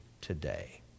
today